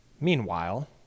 meanwhile